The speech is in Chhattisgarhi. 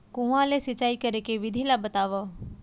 कुआं ले सिंचाई करे के विधि ला बतावव?